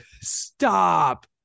Stop